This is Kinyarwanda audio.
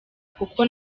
kuko